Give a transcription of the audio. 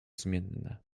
zmienne